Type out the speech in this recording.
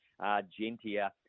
Argentia